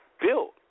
built